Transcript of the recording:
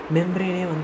Membrane